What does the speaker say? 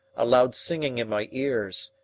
a loud singing in my ears,